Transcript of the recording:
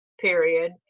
period